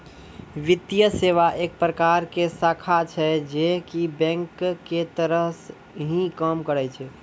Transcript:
वित्तीये सेवा एक प्रकार के शाखा छै जे की बेंक के तरह ही काम करै छै